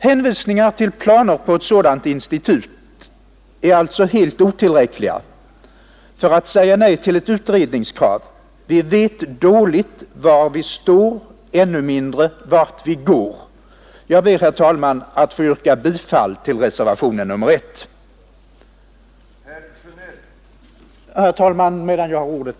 Hänvisningar till planer på ett sådant institut är alltså helt otillräckliga för att säga nej till ett utredningskrav. Vi vet dåligt var vi står, ännu mindre vart vi går. Jag ber, herr talman, att få yrka bifall till reservationen 1.